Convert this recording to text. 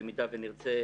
במידה ונרצה,